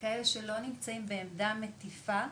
כאלה שלא נמצאים בעמדה מטיפה,